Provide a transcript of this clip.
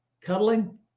cuddling